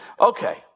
Okay